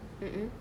mm mm